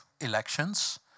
elections